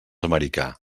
americà